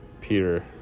Peter